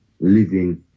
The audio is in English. living